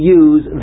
use